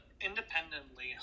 independently